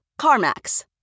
CarMax